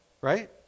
Right